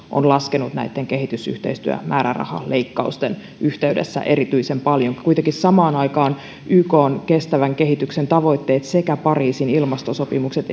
on laskenut näitten kehitysyhteistyömäärärahaleikkausten yhteydessä erityisen paljon kuitenkin samaan aikaan ykn kestävän kehityksen tavoitteet sekä pariisin ilmastosopimukset